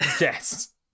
yes